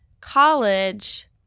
college